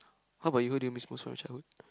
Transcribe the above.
how about you what do you miss most about your childhood